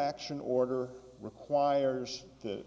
action order requires the